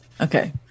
Okay